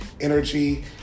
energy